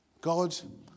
God